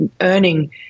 earning